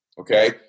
okay